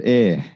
air